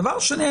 דבר שני,